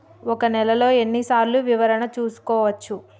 ఒక నెలలో ఎన్ని సార్లు వివరణ చూసుకోవచ్చు?